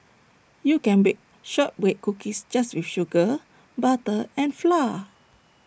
you can bake Shortbread Cookies just with sugar butter and flour